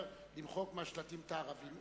אומר למחוק מהשלטים את הערבים.